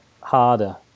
harder